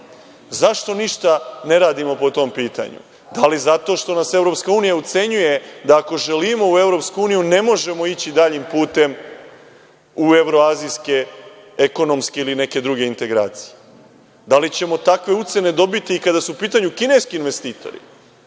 ništa ne radimo po tom pitanju? Da li zato što nas EU ucenjuje da ako želimo u EU ne možemo ići daljim putem u evroazijske, ekonomske ili neke druge integracije? Da li ćemo takve ucene dobiti kada su u pitanju kineski investitori?